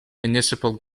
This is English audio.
municipal